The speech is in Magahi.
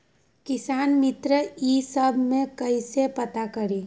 किसान मित्र ई सब मे कईसे पता करी?